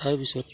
তাৰপিছত